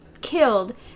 killed